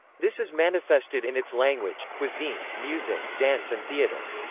this is manifested in its language, cuisine, music, dance and theatre.